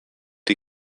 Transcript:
die